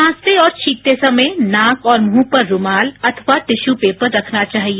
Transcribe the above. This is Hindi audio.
खांसते और छींकते समय नाक और मुंह पर रूमाल अथवा टिश्यू पेपर रखना चाहिए